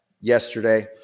yesterday